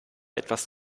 etwas